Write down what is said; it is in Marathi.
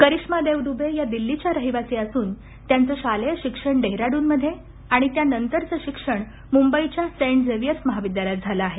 करिश्मा देव दुबे या दिल्लीच्या रहिवासी असून त्यांच शालेय शिक्षण डेहराडूनमध्ये आणि त्यानंतरचं शिक्षण मुंबईच्या सेंट झेव्हीयर्स महाविद्यालयात झालं आहे